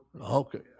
Okay